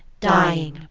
dying,